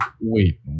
Wait